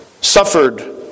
suffered